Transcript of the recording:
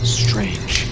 strange